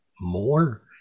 more